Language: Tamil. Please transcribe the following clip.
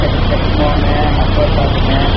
ஹெக்ஸ் ஹெக்ஸ்மோங்க அக்வா ஸ்டாப்புங்க